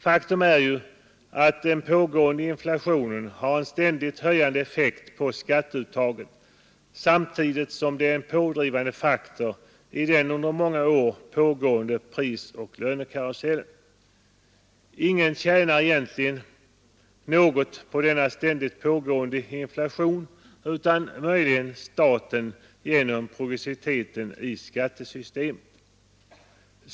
Faktum är att den pågående inflationen har en ständigt höjande effekt på skatteuttaget samtidigt som den är en pådrivande faktor i den under många år pågående prisoch lönekarusellen. Ingen tjänar egentligen något på denna ständigt pågående inflation, utom möjligen staten genom progressiviteten i skattesystemet.